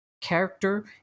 character